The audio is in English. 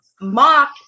mock